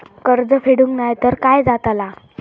कर्ज फेडूक नाय तर काय जाताला?